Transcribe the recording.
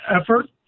effort